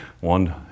one